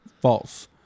False